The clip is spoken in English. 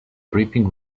briefing